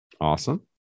Awesome